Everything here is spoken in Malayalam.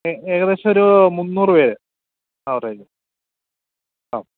ഏകദേശം ഒരു മുന്നൂറ് പേര് ആവറേജ് ആ